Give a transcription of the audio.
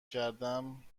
کردم